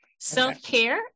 Self-care